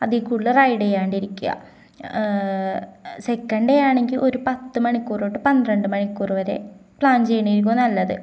അതില്ക്കൂടുതല് റൈഡെയ്യാണ്ടിരിക്കുക second day ആണെങ്കില് ഒരു പത്ത് മണിക്കൂറുതൊട്ടു പന്ത്രണ്ട് മണിക്കൂർ വരെ പ്ലാൻ ചെയ്യുന്നതായിരിക്കും നല്ലത്